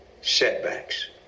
setbacks